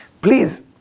Please